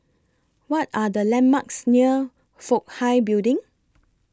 What Are The landmarks near Fook Hai Building